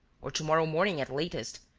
or to-morrow morning at latest,